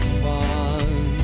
fun